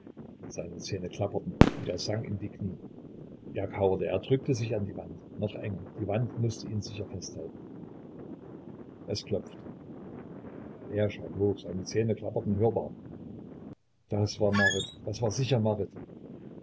seine zähne klapperten und er sank in die knie er kauerte er drückte sich an die wand noch enger die wand mußte ihn sicher festhalten es klopfte er schrak hoch seine zähne klapperten hörbar das war marit das war sicher